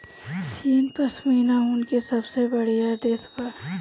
चीन पश्मीना ऊन के सबसे बड़ियार देश बा